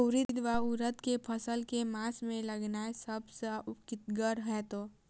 उड़ीद वा उड़द केँ फसल केँ मास मे लगेनाय सब सऽ उकीतगर हेतै?